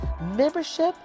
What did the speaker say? membership